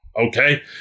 Okay